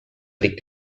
liegt